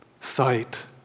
sight